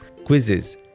quizzes